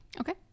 okay